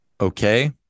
Okay